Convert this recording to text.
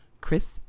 Chris